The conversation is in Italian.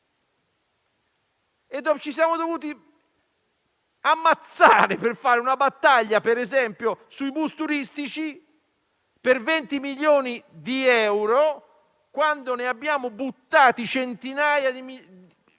Ci siamo dovuti ammazzare per fare una battaglia, per esempio, sui bus turistici per 20 milioni di euro, quando abbiamo buttato centinaia di milioni